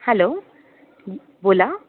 hello बोला